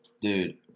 Dude